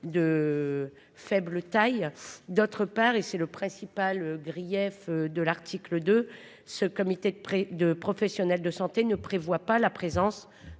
De faible taille, d'autre part et c'est le principal grief de l'article de ce comité de près de professionnel de santé ne prévoit pas la présence